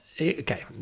Okay